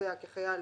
הקובע כחייל